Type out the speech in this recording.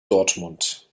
dortmund